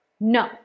No